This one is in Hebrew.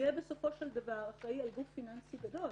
יהיה בסופו של דבר אחראי על גוף פיננסי גדול.